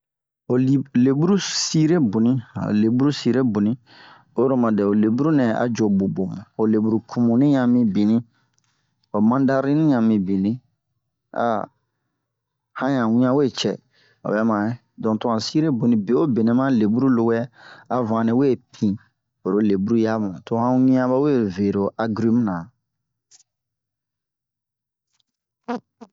ho li- leɓuru sire boni ho deɓuru boni o yiro oma dɛ mu leɓuru nɛ a jo ɓoɓo-mu ho leɓuru cumuni ɲan mibinni ho madarine ɲan mibinni han ɲan wian we cɛ aɓɛ man donk to han sire boni bewobe ma leɓuru lowɛ a vanle we pin oro yamu to han wian ɓawe ve lo agrimu nan